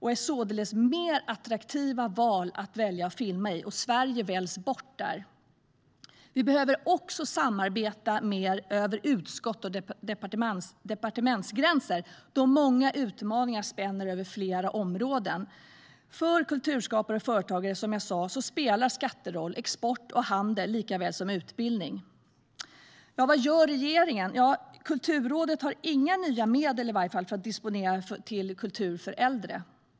De är således mer attraktiva val att välja att filma i. Sverige väljs där bort. Vi behöver också samarbeta mer över utskotts och departementsgränser då många utmaningar spänner över flera områden. För kulturskapare och företagare spelar skatter roll, som jag tidigare sa. Det gäller för export och handel likaväl som för utbildning. Vad gör regeringen? Kulturrådet har i varje fall inga nya medel att disponera för kultur för äldre.